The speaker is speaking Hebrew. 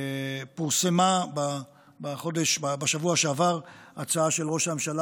פורסמה בשבוע שעבר ההצעה של ראש הממשלה